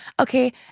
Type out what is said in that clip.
Okay